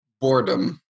boredom